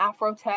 Afrotech